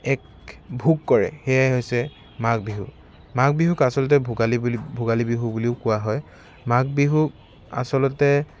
এক ভোগ কৰে সেয়াই হৈছে মাঘ বিহু মাঘ বিহুক আচলতে ভোগালী বুলি ভোগালী বিহু বুলিও কোৱা হয় মাঘ বিহুক আচলতে